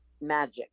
magic